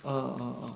uh uh uh